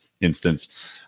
instance